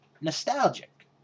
nostalgic